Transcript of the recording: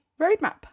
roadmap